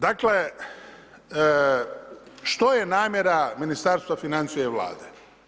Dakle, što je namjera Ministarstva financija i Vlade?